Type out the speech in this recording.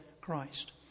Christ